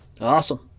Awesome